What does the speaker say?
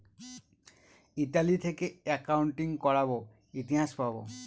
Italy থেকে accounting করাবো ইতিহাস পাবো